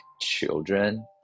children